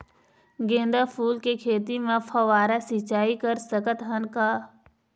गेंदा फूल के खेती म फव्वारा सिचाई कर सकत हन का?